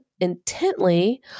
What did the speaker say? intently